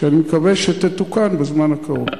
שאני מקווה שתתוקן בזמן הקרוב.